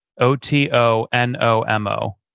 O-T-O-N-O-M-O